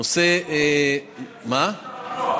יישר כוח.